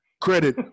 credit